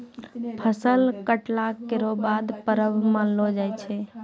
फसल कटला केरो बाद परब मनैलो जाय छै